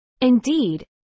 Indeed